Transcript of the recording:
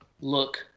look